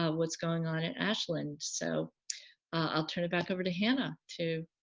um what's going on at ashland, so i'll turn it back over to hannah to